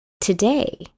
today